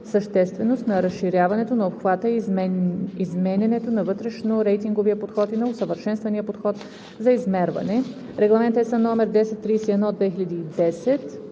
същественост на разширяването на обхвата и изменянето на вътрешнорейтинговия подход и на усъвършенствания подход за измерване, Регламент (ЕС) № 1031/2010,